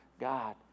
God